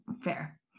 Fair